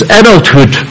adulthood